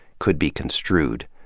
could be construed.